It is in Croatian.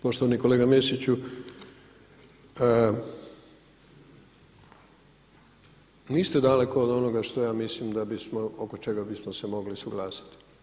Poštovani kolega Mesiću, niste daleko od onoga što ja mislim da bismo, oko čega bismo se mogli suglasiti.